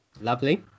lovely